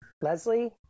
Leslie